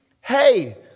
hey